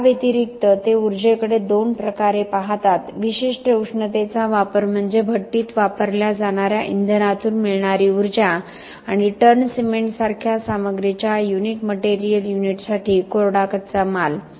याव्यतिरिक्त ते ऊर्जेकडे दोन प्रकारे पाहतात विशिष्ट उष्णतेचा वापर म्हणजे भट्टीत वापरल्या जाणार्या इंधनातून मिळणारी ऊर्जा आणि टन सिमेंट सारख्या सामग्रीच्या युनिट मटेरियल युनिटसाठी कोरडा कच्चा माल